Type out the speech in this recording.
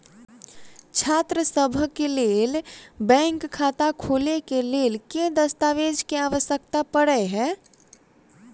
छात्रसभ केँ लेल बैंक खाता खोले केँ लेल केँ दस्तावेज केँ आवश्यकता पड़े हय?